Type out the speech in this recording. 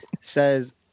says